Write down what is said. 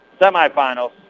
semifinals